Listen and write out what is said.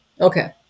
Okay